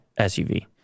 SUV